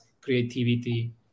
creativity